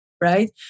Right